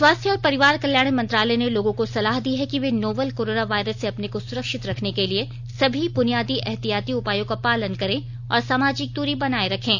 स्वास्थ्य और परिवार कल्याण मंत्रालय ने लोगों को सलाह दी है कि वे नोवल कोरोना वायरस से अपने को सुरक्षित रखने के लिए सभी बुनियादी एहतियाती उपायों का पालन करें और सामाजिक दूरी बनाए रखें